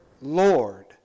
Lord